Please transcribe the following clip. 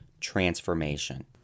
transformation